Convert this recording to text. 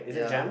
ya